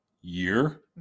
year